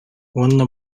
уонна